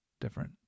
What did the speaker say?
different